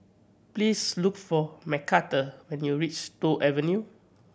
please look for Macarthur when you reach Toh Avenue